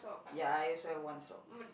ya I swear one sock